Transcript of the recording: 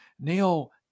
Neil